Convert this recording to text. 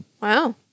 Wow